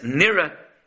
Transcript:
nearer